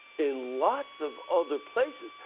in lots of other places.